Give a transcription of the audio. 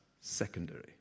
secondary